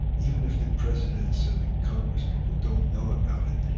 even if the presidents and the congresspeople don't know about it,